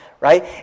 Right